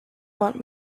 want